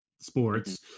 sports